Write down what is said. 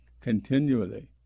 continually